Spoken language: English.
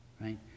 right